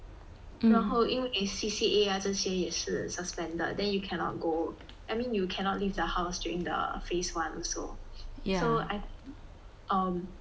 然后因为 C_C_A ah 这些也是 suspended then you cannot go I mean you cannot leave the house during the phase one also so I think um